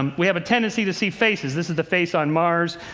um we have a tendency to see faces. this is the face on mars.